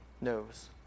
knows